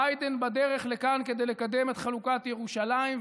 ביידן בדרך לכאן כדי לקדם את חלוקת ירושלים,